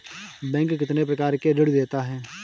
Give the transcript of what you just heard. Bank कितने प्रकार के ऋण देता है?